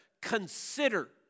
consider